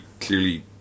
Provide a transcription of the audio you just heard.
clearly